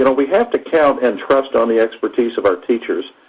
and we have to count and trust on the expertise of our teachers,